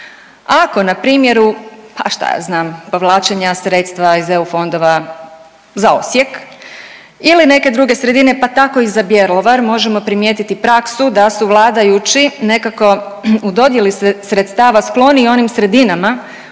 ako na primjer, pa šta ja znam povlačenja sredstva iz eu fondova za Osijek ili neke druge sredine pa tako i za Bjelovar možemo primijetiti praksu da su vladajući nekako u dodjeli sredstava skloniji onim sredinama u